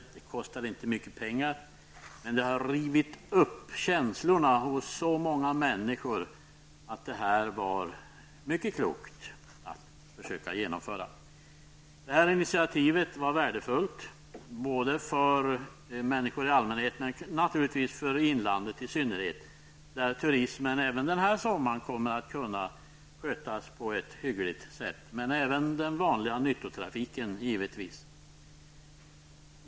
Förslaget kostar inte mycket pengar, men ärendet har rivit upp känslorna hos så många människor att det var mycket klokt att försöka genomföra detta projekt. Detta initiativ var värdefullt för människor i allmänhet, men naturligtvis för inlandet i synnerhet. Där kommer turismen även den här sommaren att kunna skötas på ett hyggligt sätt, liksom den vanliga nyttotrafiken givetvis.